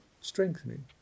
strengthening